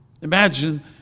Imagine